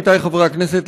עמיתיי חברי הכנסת,